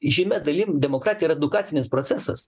žymia dalim demokratija yra edukacinis procesas